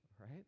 right